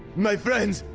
my friend!